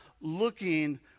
looking